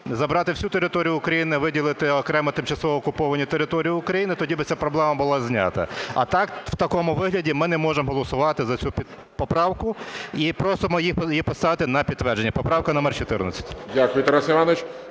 забрати всю територію України, виділити окремо тимчасово окуповані території України, тоді б ця проблема була знята. А так, в такому вигляді ми не можемо голосувати за цю поправку. І просимо її поставити на підтвердження, поправка номер 14. ГОЛОВУЮЧИЙ. Дякую, Тарас Іванович.